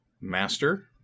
Master